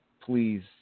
please